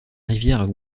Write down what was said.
rivière